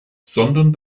sondern